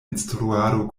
instruado